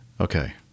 Okay